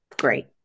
great